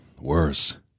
worse